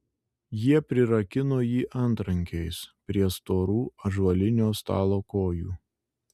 jie prirakino jį antrankiais prie storų ąžuolinio stalo kojų